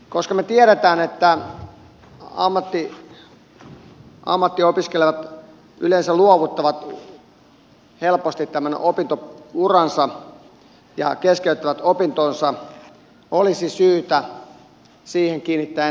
koska me tiedämme että ammattiin opiskelevat yleensä luovuttavat helposti tämän opintouransa ja keskeyttävät opintonsa olisi syytä siihen kiinnittää enemmän huomiota